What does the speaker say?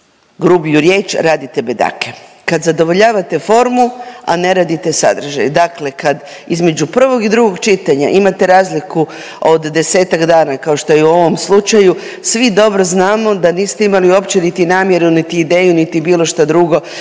grublju riječ, radite bedake, kad zadovoljavate formu, a ne radite sadržaj. Dakle, kad između prvog i drugog čitanja imate razliku od desetak dana kao što je u ovom slučaju svi dobro znamo da niste imali uopće niti namjeru, niti ideju, niti bilo šta drugo